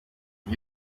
iyo